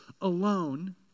alone